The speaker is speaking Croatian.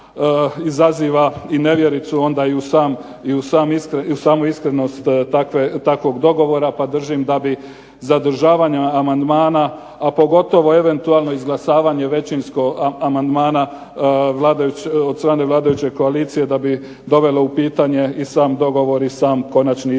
i nevjericu onda i u samu iskrenost takvog dogovora, pa držim da bi zadržavanje amandmana, a pogotovo eventualno izglasavanje većinsko amandmana od strane vladajuće koalicije da bi dovelo u pitanje i sam dogovor i sam konačni ishod